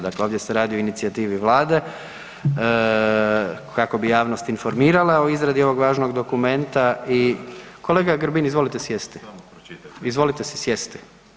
Dakle ovdje se radi o inicijativi Vlade kako bi javnost informirala o izradi ovog važnog dokumenta i kolega Grbin, izvolite sjesti. … [[Upadica Grbin, ne razumije se.]] Izvolite si sjesti.